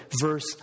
verse